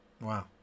Wow